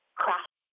craft